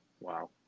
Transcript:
Wow